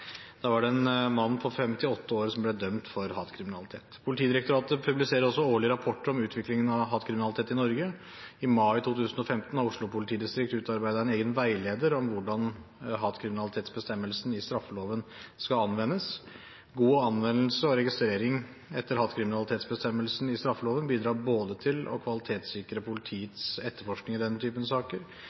var en mann på 57 år som ble dømt for hatkriminalitet. Politidirektoratet publiserer også årlige rapporter om utviklingen av hatkriminalitet i Norge. I mai 2015 utarbeidet Oslo politidistrikt en egen veileder om hvordan hatkriminalitetsbestemmelsen i straffeloven skal anvendes. God anvendelse og registrering etter hatkriminalitetsbestemmelsen i straffeloven bidrar til å kvalitetssikre politiets etterforskning i denne typen saker,